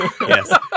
Yes